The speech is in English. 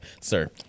sir